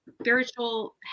spiritual